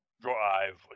drive